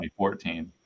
2014